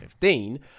2015